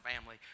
family